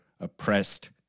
oppressed